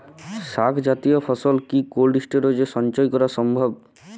শাক জাতীয় ফসল কি কোল্ড স্টোরেজে সঞ্চয় করা সম্ভব?